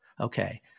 Okay